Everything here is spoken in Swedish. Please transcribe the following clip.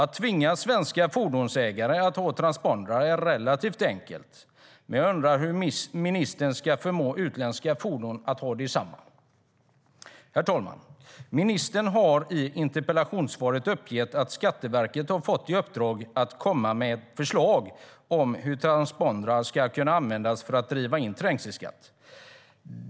Att tvinga svenska fordonsägare att ha transpondrar är relativt enkelt, men jag undrar hur ministern ska förmå utländska fordon att ha detsamma. Herr talman! Ministern har i interpellationssvaret uppgett att Skatteverket har fått i uppdrag att komma med förslag om hur transpondrar ska kunna användas för att driva in trängselskatt.